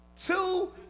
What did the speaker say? Two